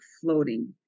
floating